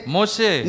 Moshe